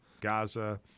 gaza